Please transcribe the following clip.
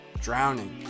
drowning